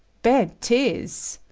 bet tis.